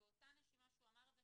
באותה נשימה שהוא אמר את זה,